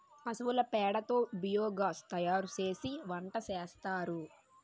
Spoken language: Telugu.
పశువుల పేడ తో బియోగాస్ తయారుసేసి వంటసేస్తారు